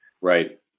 Right